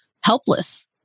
helpless